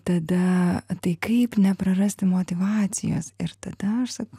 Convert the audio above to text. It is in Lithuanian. tada tai kaip neprarasti motyvacijos ir tada aš sakau